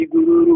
Guru